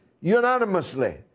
unanimously